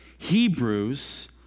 Hebrews